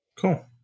Cool